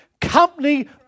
company